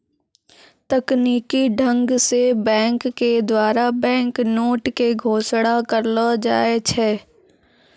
तकनीकी ढंग से बैंक के द्वारा बैंक नोट के घोषणा करलो जाय छै